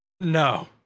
No